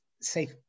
safe